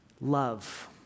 Love